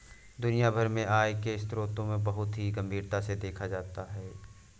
दुनिया भर में आय के स्रोतों को बहुत ही गम्भीरता से देखा जाता है